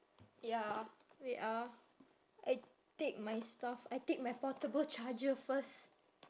ya wait ah I take my stuff I take my portable charger first